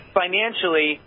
financially